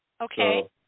Okay